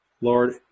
Lord